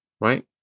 Right